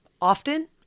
Often